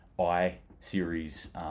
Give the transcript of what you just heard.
i-series